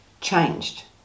changed